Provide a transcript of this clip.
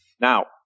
Now